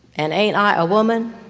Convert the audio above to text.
and ain't i a woman?